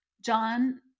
John